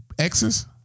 exes